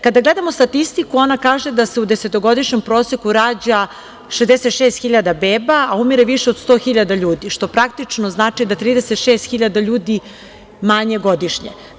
Kada gledamo statistiku, ona kaže da se u desetogodišnjem proseku rađa 66 hiljada beba, a umire više od 100 hiljada ljudi, što praktično znači da 36 hiljada ljudi je manje godišnje.